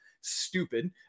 stupid